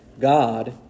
God